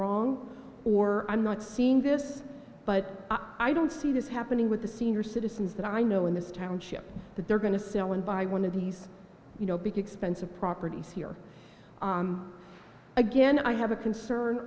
wrong or i'm not seeing this but i don't see this happening with the senior citizens that i know in this township that they're going to sell and buy one of these you know big expensive properties here again i have a concern